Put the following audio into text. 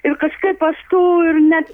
ir kažkaip aš tų ir net